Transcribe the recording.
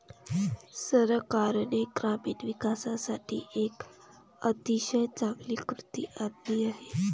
सरकारने ग्रामीण विकासासाठी एक अतिशय चांगली कृती आणली आहे